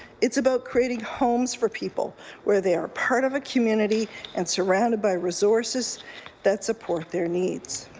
it's about creating homes for people where they are part of a community and surrounded by resources that support their needs.